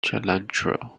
cilantro